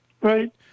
Right